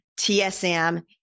TSM